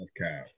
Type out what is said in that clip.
Okay